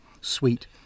sweet